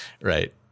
right